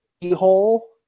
Keyhole